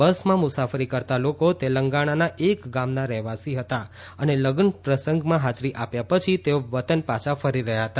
બસમાં મુસાફરી કરતાં લોકો તેલંગાણાના એક ગામના રહેવાસી હતા અને લગ્નપ્રસંગમાં હાજરી આપ્યા પછી તેઓ વતન પાછા ફરી રહ્યા હતા